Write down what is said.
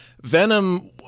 Venom